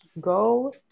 Go